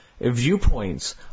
viewpoints